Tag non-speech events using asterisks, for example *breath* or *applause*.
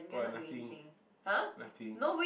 !wah! nothing *breath* nothing